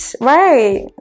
Right